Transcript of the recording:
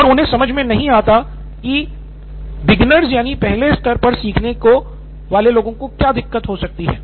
और उन्हें समझ में नहीं आता है कि पहले स्तर पर सीखने को क्या दिक्कत हो सकती है